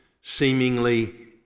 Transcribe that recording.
seemingly